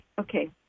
Okay